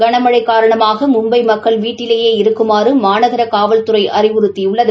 கனமழை காரணமாக மும்பை மக்கள் வீட்டிலேயே இருக்குமாறு மாநகர காவல்துறை அறிவுறுத்தியுள்ளது